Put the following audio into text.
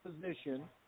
position